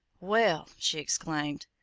well, she exclaimed,